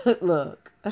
look